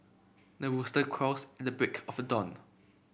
the rooster crows and the break of a dawn